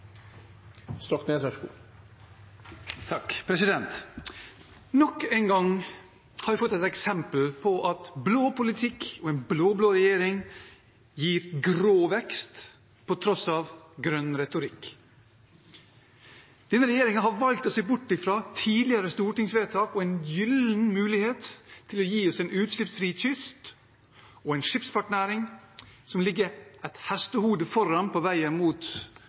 Nok en gang har vi fått et eksempel på at blå politikk og en blå-blå regjering gir grå vekst, på tross av grønn retorikk. Denne regjeringen har valgt å se bort fra tidligere stortingsvedtak og en gyllen mulighet til å gi oss en utslippsfri kyst og en skipsfartsnæring som ligger et hestehode foran på veien mot